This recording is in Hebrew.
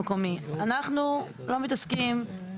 כי במקומות אחרים כן יש בנייה,